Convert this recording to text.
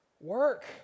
work